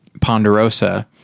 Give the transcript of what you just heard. Ponderosa